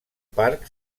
parc